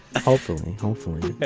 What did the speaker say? hopefully hopefully